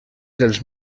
dels